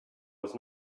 was